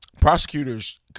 prosecutors